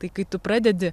tai kai tu pradedi